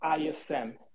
ISM